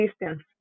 distance